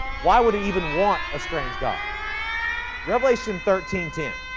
why would it even want a strange god revelation thirteen ten.